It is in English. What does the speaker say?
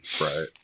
Right